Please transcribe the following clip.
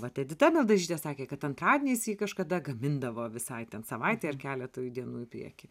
vat edita mildažytė sakė kad antradieniais ji kažkada gamindavo visai ten savaitei ar keletui dienų į priekį